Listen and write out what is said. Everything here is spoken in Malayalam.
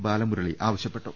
ബാലമുരളി ആവശ്യപ്പെട്ടു